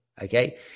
okay